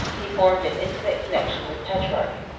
he formed an intimate connection with petrarch,